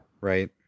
Right